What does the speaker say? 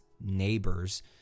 neighbor's